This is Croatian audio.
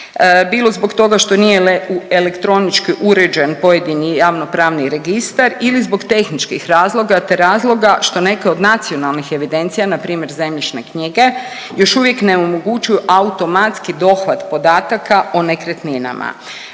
bilo zbog toga što nije elektronički uređen pojedini javno pravno registar ili zbog tehničkih razloga te razloga što neke od nacionalnih evidencija npr. zemljišne knjige još uvijek ne omogućuju automatski dohvat podataka o nekretninama.